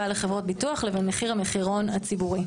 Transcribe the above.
לחברות ביטוח לבין מחיר המחירון הציבורי.